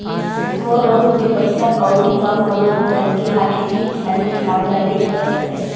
थोर बहुत के पइसा कउड़ी म कोनो भी मनखे ह खेती किसानी के काम ल नइ कर सकय